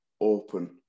open